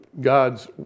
God's